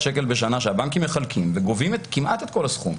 ₪ בשנה שהבנקים מחלקים וגובים כמעט את כל הסכום,